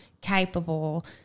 capable